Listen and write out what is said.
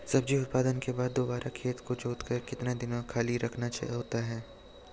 सब्जी उत्पादन के बाद दोबारा खेत को जोतकर कितने दिन खाली रखना होता है?